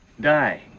Die